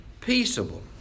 peaceable